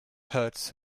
hurts